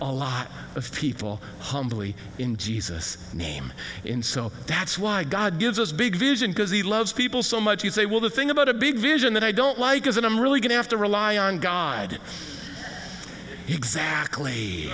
a lot of people humbly in jesus name in so that's why god gives us big vision because he loves people so much you say well the thing about a big vision that i don't like is that i'm really going to have to rely on god exactly